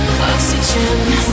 oxygen